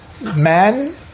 Man